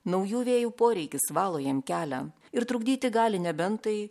naujų vėjų poreikis valo jam kelią ir trukdyti gali nebent tai